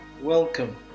Welcome